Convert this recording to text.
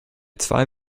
zwei